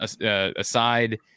aside